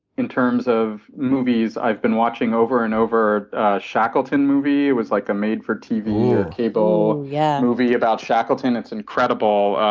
in terms of movies i've been watching over and over shackleton movie? it was like a made for-tv or cable yeah movie about shackleton. it's incredible.